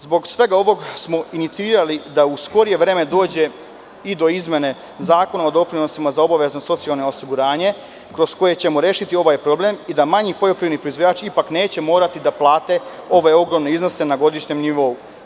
Zbog svega ovog smo inicirali da u skorije vreme dođe i do izmene Zakona o doprinosima za obavezno socijalno osiguranje, kroz koje ćemo rešiti ovaj problem i da manji poljoprivredni proizvođači ipak neće morati da plate ove ogromne iznose na godišnjem nivou.